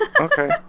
okay